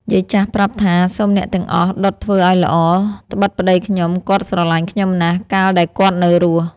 យាយចាស់ប្រាប់ថា "សូមអ្នកទាំងអស់ដុតធ្វើឲ្យល្អ ត្បិតប្តីខ្ញុំ គាត់ស្រឡាញ់ខ្ញុំណាស់ កាលដែលគាត់នៅរស់" ។